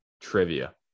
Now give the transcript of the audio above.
trivia